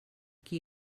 qui